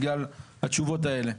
בגלל התשובות האלה.